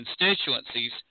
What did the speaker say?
constituencies